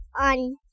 on